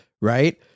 Right